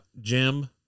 Jim